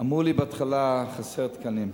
אמרו לי בהתחלה שחסרים תקנים.